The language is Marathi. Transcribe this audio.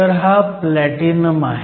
तर हा प्लॅटिनम आहे